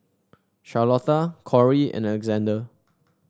Charlotta Corey and Alexander